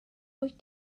wyt